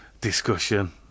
discussion